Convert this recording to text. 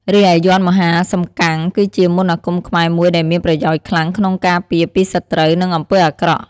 រីឯយ័ន្តមហាសំកាំង គឺជាមន្តអាគមខ្មែរមួយដែលមានប្រយោជន៍ខ្លាំងក្នុងការពារពីសត្រូវ និងអំពើអាក្រក់។